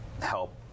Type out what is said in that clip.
help